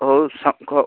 हो सां हो